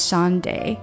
Sunday